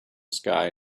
sky